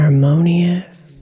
Harmonious